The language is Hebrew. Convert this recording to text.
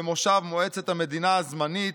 במושב מועצת המדינה הזמנית,